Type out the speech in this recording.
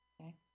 okay